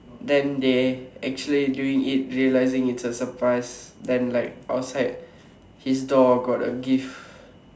then they actually doing it realising it's a surprise then like outside his door got a gift